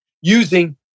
using